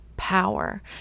power